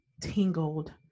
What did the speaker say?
tingled